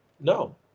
No